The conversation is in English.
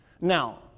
Now